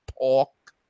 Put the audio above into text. talk